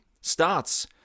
starts